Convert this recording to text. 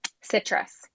Citrus